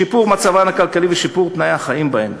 שיפור מצבן הכלכלי ושיפור תנאי החיים בהן.